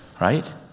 Right